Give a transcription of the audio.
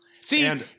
See